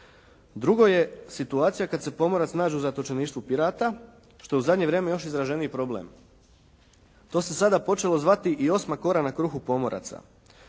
Drugo je situacija kad se pomorac nađe u zatočeništvu pirata što je u zadnje vrijeme još izraženiji problem. To se sada počelo zvati i osma kora na kruhu pomoraca.